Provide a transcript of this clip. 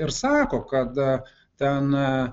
ir sako kad ten